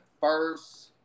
first